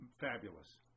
fabulous